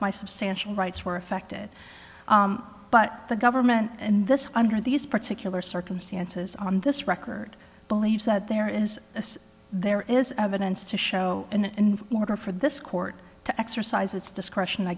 my substantial rights were affected but the government and this under these particular circumstances on this record believe that there is as there is evidence to show and order for this court to exercise its discretion i